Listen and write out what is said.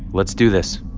let's do this,